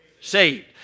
Saved